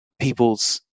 people's